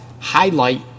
highlight